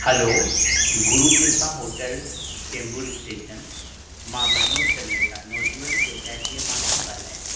हलौ Guru Kripa hotel Chembur station मां Manoj Talreja Navjivan society मां थो ॻाल्हायां